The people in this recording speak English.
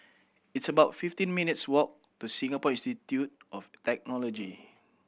it's about fifteen minutes walk to Singapore Institute of Technology